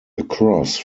across